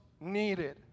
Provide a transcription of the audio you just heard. needed